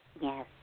Yes